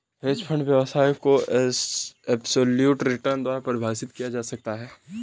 hedge fund व्यवसाय को absolute return द्वारा परिभाषित किया जा सकता है